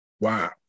wow